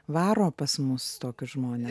varo pas mus tokius žmones